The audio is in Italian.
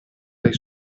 dai